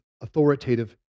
authoritative